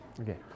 okay